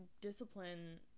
discipline